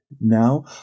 Now